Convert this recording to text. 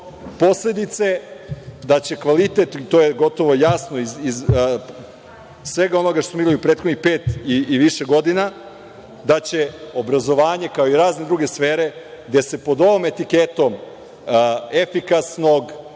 posledice da će kvalitet, to je gotovo jasno iz svega onoga što smo videli u prethodnih pet godina i više, da će obrazovanje kao i razne druge sfere, gde se pod ovom etiketom efikasnog,